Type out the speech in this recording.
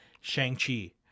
Shang-Chi